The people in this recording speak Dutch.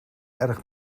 erg